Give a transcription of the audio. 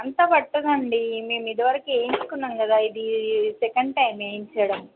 అంత పట్టదండీ మేము ఇది వరకు వేయించుకున్నాము కదా ఇదీ సెకండ్ టైం వేయించడం